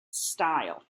style